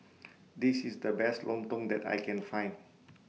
This IS The Best Lontong that I Can Find